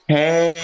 Hey